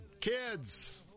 kids